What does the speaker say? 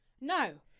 no